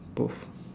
both